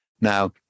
Now